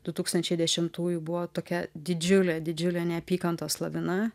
du tūkstančiai dešimtųjų buvo tokia didžiulė didžiulė neapykantos lavina